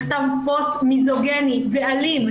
נכתב פוסט מיזוגני ואלים.